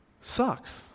sucks